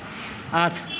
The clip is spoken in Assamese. আঠ